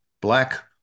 black